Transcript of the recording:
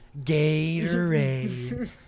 Gatorade